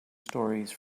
stories